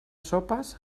sopes